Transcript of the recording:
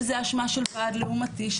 שזה אשמה של ועד לעומתי,